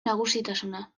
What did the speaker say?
nagusitasuna